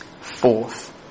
Fourth